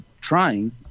trying